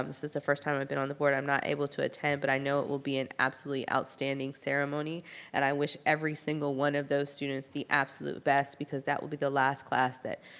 um this is the first time i've been on the board i'm not able to attend but i know it will be an absolutely outstanding ceremony and i wish every single one of those students the absolute best because that will be the last class that,